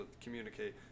communicate